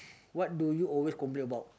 what do you always complain about